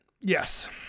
Yes